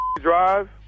...drive